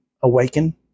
awaken